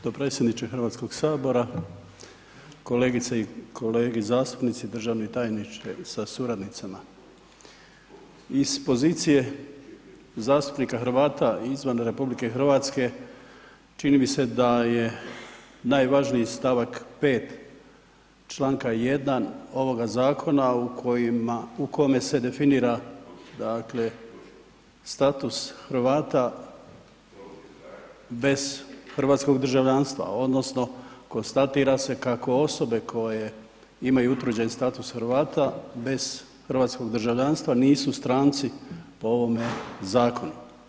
Dopredsjedniče Hrvatskog sabora, kolegice i kolege zastupnici, državni tajniče sa suradnicama, iz pozicije zastupnika Hrvata izvan RH čini mi se da je najvažniji stavak 5. Članka 1. ovoga zakona u kojima, u kome se definira dakle status Hrvata bez hrvatskog državljanstva odnosno konstatira se kako osobe koje imaju utvrđen status Hrvata bez hrvatskog državljanstva nisu stranci po ovome zakonu.